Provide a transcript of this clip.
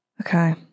Okay